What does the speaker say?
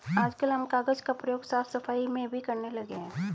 आजकल हम कागज का प्रयोग साफ सफाई में भी करने लगे हैं